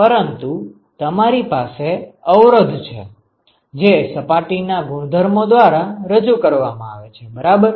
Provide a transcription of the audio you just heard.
પરંતુ તમારી પાસે અવરોધ છે જે સપાટી ના ગુણધર્મો દ્વારા રજુ કરવામાં આવેલ છે બરાબર